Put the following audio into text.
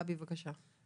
גבי, בבקשה.